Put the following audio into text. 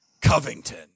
Covington